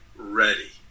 ready